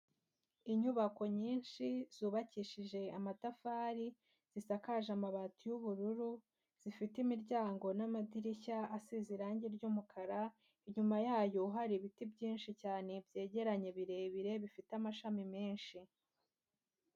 Inyubako nyinshi zubakishije amatafari, zisakaje amabati y'ubururu, zifite imiryango n'amadirishya asize irange ry'umukara, inyuma yayo hari ibiti byinshi cyane byegeranye birebire bifite amashami menshi.